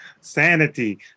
sanity